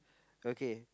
okay